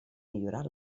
millorar